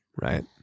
Right